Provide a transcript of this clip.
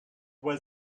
was